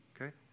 okay